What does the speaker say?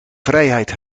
vrijheid